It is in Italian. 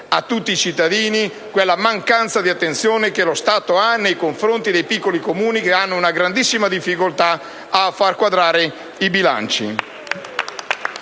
a tutti i cittadini la mancanza di attenzione da parte dello Stato nei confronti dei piccoli Comuni, che hanno una grandissima difficoltà a far quadrare i bilanci.